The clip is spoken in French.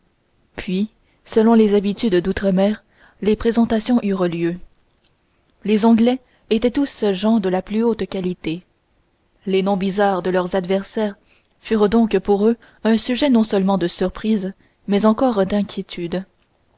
puis selon les habitudes d'outre-mer les présentations eurent lieu les anglais étaient tous gens de la plus haute qualité les noms bizarres de leurs adversaires furent donc pour eux un sujet non seulement de surprise mais encore d'inquiétude